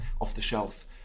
off-the-shelf